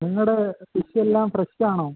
നിങ്ങളുടെ ഫിഷെല്ലാം ഫ്രഷാണോ